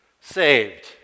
Saved